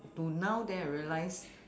to now then I realize